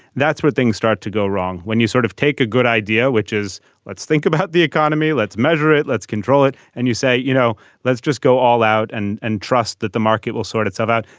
that's where things start to go wrong. when you sort of take a good idea which is let's think about the economy let's measure it let's control it and you say you know let's just go all out and and trust that the market will sort itself out.